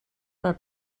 per